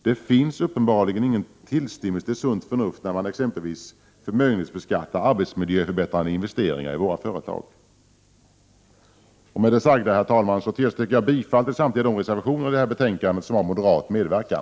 Det finns uppenbarligen ingen tillstymmelse till sunt förnuft när man exempelvis förmögenhetsbeskattar arbetsmiljöförbättrande investeringar i våra företag. Med det sagda, herr talman, yrkar jag bifall till samtliga de reservationer i detta betänkande som har moderat medverkan.